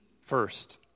First